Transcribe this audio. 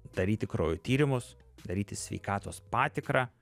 daryti kraujo tyrimus daryti sveikatos patikrą